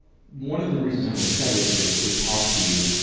one of the reasons i'm excited to, to talk to you,